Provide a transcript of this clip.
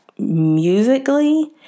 musically